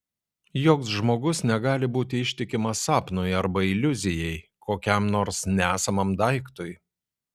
joks žmogus negali būti ištikimas sapnui arba iliuzijai kokiam nors nesamam daiktui